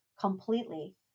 completely